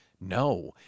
No